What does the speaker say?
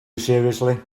seriously